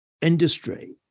industry